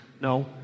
No